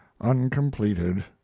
uncompleted